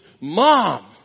mom